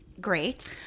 Great